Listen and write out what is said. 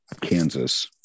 Kansas